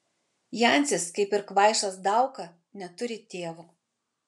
jancis kaip ir kvaišas dauka neturi tėvo